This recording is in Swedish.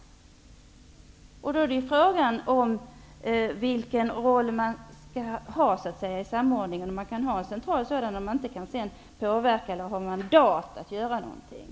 Frågan är vilken roll BRÅ skall ha i samordningen, om BRÅ inte skall ha mandat att påverka.